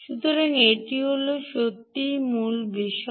সুতরাং এটি হল সত্যই মূল বিষয়